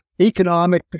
economic